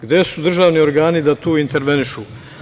Gde su državni organi da tu intervenišu?